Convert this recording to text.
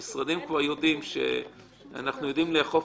המשרדים כבר יודעים שאנחנו יודעים לאכוף